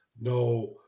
No